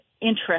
interest